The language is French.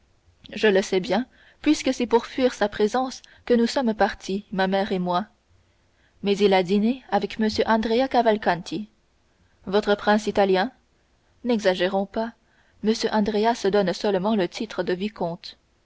je le sais bien puisque c'est pour fuir sa présence que nous sommes partis ma mère et moi mais il a dîné avec m andrea cavalcanti votre prince italien n'exagérons pas m andrea se donne seulement le titre de vicomte